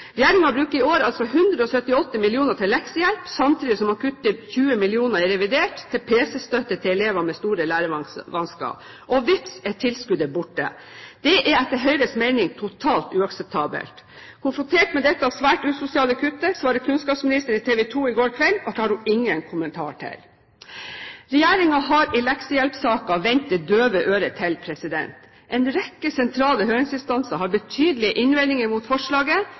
bruker i år altså 178 mill. kr til leksehjelp, samtidig som man kutter 20 mill. kr i revidert til pc-støtte til elever med store lærevansker – og vips, så er tilskuddet borte. Det er etter Høyres mening totalt uakseptabelt. Konfrontert med dette svært usosiale kuttet, svarer kunnskapsministeren i TV 2 i går kveld at det har hun ingen kommentar til. Regjeringen har i leksehjelpsaken vendt det døve øret til. En rekke sentrale høringsinstanser har betydelige innvendinger mot forslaget,